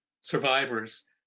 survivors